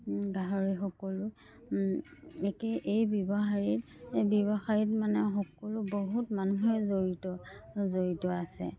গাহৰি সকলো একে এই ব্যৱসায়ত ব্যৱসায়ত মানে সকলো বহুত মানুহেই জড়িত জড়িত আছে